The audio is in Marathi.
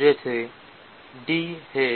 जेथे D हे